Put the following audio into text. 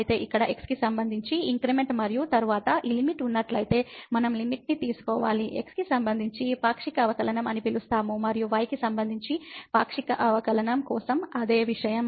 అయితే ఇక్కడ x కి సంబంధించి ఇంక్రిమెంట్ మరియు తరువాత ఈ లిమిట్ ఉన్నట్లయితే మనం లిమిట్ ని తీసుకోవాలి x కి సంబంధించి పాక్షిక అవకలనం అని పిలుస్తాము మరియు y కి సంబంధించి పాక్షిక అవకలనం కోసం అదే విషయం